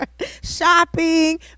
shopping